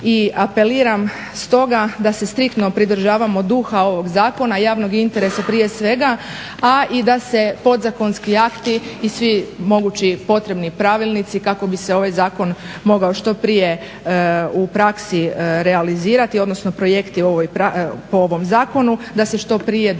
I apeliram stoga da se striktno pridržavamo duha ovog zakona i javnog interesa prije svega, a i da se podzakonski akti i svi mogući potrebni pravilnici kako bi se ovaj zakon mogao što prije u praksi realizirati, odnosno projekti po ovom zakonu da se što prije donesu.